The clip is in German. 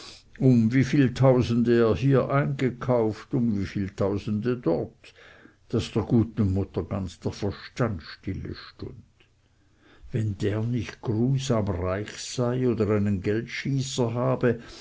um wieviel tausende er hier eingekauft um wieviel tausende dort daß der guten mutter ganz der verstand stillestund wenn der nicht grusam reich sei oder einen geldscheißer habe